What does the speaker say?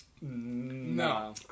No